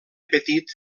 petit